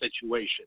situation